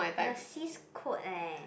the sis quote eh